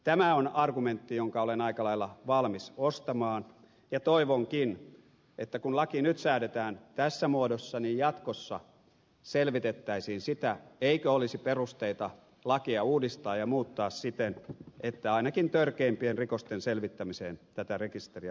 tämä on argumentti jonka olen aika lailla valmis ostamaan ja toivonkin että kun laki nyt säädetään tässä muodossa niin jatkossa selvitettäisiin sitä eikö olisi perusteita lakia uudistaa ja muuttaa siten että ainakin törkeimpien rikosten selvittämiseen tätä rekisteriä voitaisiin käyttää